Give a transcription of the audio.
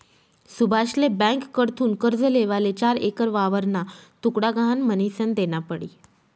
सुभाषले ब्यांककडथून कर्ज लेवाले चार एकर वावरना तुकडा गहाण म्हनीसन देना पडी